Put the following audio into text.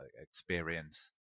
experience